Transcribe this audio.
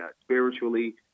spiritually